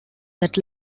that